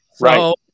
Right